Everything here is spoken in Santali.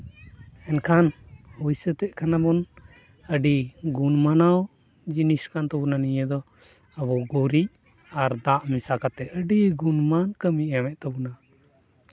ᱮᱱᱠᱷᱟᱱ ᱦᱩᱭ ᱥᱟᱹᱛᱮᱫ ᱠᱷᱟᱱ ᱵᱚᱱ ᱟᱹᱰᱤ ᱜᱩᱱ ᱢᱟᱱᱟᱣ ᱡᱤᱱᱤᱥ ᱠᱟᱱ ᱛᱟᱵᱚᱱᱟ ᱱᱤᱭᱟᱹ ᱫᱚ ᱟᱵᱚ ᱜᱩᱨᱤᱡ ᱟᱨ ᱫᱟᱜ ᱢᱮᱥᱟ ᱠᱟᱛᱮᱫ ᱟᱹᱰᱤ ᱜᱩᱱᱢᱟᱱ ᱠᱟᱹᱢᱤ ᱮᱢᱮᱫ ᱛᱟᱵᱚᱱᱟ